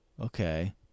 okay